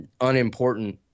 unimportant